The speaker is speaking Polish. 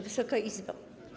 Wysoka Izbo!